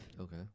okay